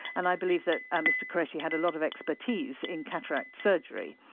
and i believe that mr qureshi had a lot of expertise in cataract surgery.